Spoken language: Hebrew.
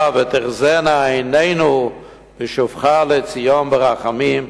"ותחזינה עינינו בשובך לציון ברחמים",